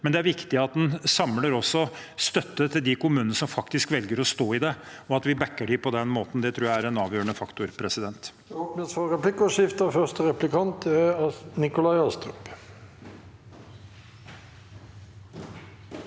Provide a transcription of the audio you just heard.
men det er viktig at den også samler støtte til de kommunene som faktisk velger å stå i det, og at vi bakker dem på den måten. Det tror jeg er en avgjørende faktor. Presidenten